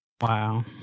Wow